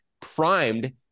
primed